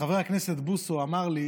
חבר הכנסת בוסו אמר לי